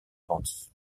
bandit